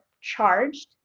charged